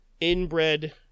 inbred